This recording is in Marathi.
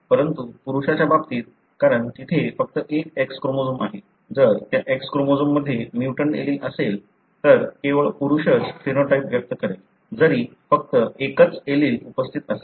परंतु पुरूषाच्या बाबतीत कारण तिथे फक्त एक X क्रोमोझोम आहे जर त्या X क्रोमोझोममध्ये म्युटंट एलील असेल तर केवळ पुरुषच फिनोटाइप व्यक्त करेल जरी फक्त एकच एलील उपस्थित असेल